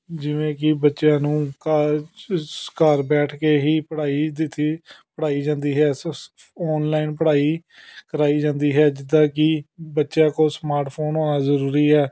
ਜਿਵੇਂ ਕਿ ਬੱਚਿਆਂ ਨੂੰ ਘਰ ਬੈਠ ਕੇ ਹੀ ਪੜ੍ਹਾਈ ਦਿੱਤੀ ਪੜ੍ਹਾਈ ਜਾਂਦੀ ਹੈ ਔਨਲਾਈਨ ਪੜ੍ਹਾਈ ਕਰਵਾਈ ਜਾਂਦੀ ਹੈ ਜਿੱਦਾਂ ਕਿ ਬੱਚਿਆਂ ਕੋਲ ਸਮਾਰਟਫੋਨ ਹੋਣਾ ਜ਼ਰੂਰੀ ਹੈ